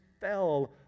fell